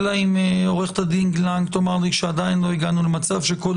אלא אם עו"ד לנג תאמר לי שעדיין לא הגענו למצב שכל